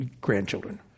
grandchildren